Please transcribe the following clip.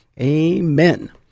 Amen